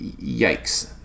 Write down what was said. Yikes